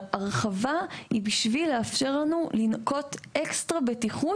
ההרחבה היא בשביל לאפשר לנו לנקוט אקסטרה בטיחות.